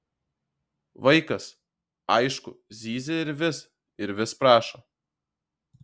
vaikas aišku zyzia ir vis ir vis prašo